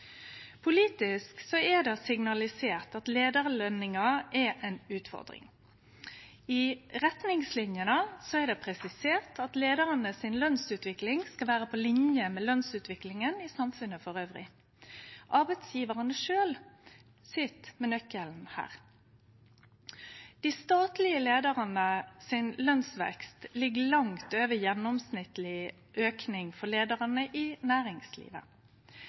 Politisk er det signalisert at leiarløningar er ei utfordring. I retningslinjene er det presisert at leiarane si lønsutvikling skal vere på linje med lønsutviklinga i samfunnet elles. Arbeidsgjevarane sjølve sit med nøkkelen her. Lønsveksten til dei statlege leiarane ligg langt over gjennomsnittleg auking for leiarane i næringslivet,